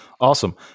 Awesome